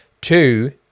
Two